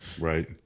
right